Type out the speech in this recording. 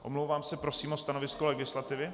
Omlouvám se a prosím o stanovisko legislativy.